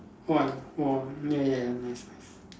what orh ya ya nice nice